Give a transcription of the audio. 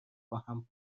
باهم